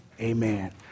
Amen